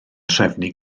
trefnu